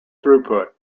throughput